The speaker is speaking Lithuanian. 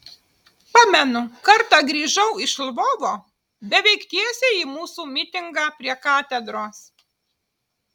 pamenu kartą grįžau iš lvovo beveik tiesiai į mūsų mitingą prie katedros